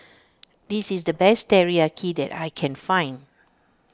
this is the best Teriyaki that I can find